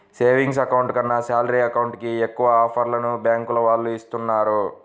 savings account కన్నా salary account కి ఎక్కువ ఆఫర్లను బ్యాంకుల వాళ్ళు ఇస్తున్నారు